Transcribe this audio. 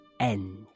end